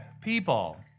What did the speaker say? people